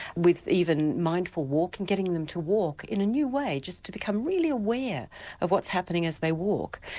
with even mindful walking, getting them to walk in a new way, just to become really aware of what's happening as they walk.